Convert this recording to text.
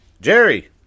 Jerry